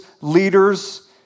leaders